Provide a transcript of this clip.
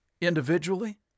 individually